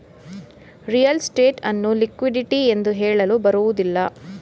real estate ಅನ್ನು liquidity ಎಂದು ಹೇಳಲು ಬರುವುದಿಲ್ಲ